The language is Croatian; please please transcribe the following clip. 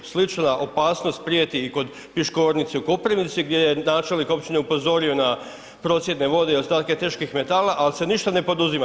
Slična opasnost prijeti i kod Piškornice u Koprivnici gdje je načelnik općine upozorio na procjedne vode i ostatke teških metala, ali se ništa ne poduzima.